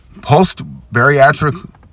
Post-bariatric